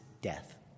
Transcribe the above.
death